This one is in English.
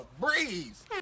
breeze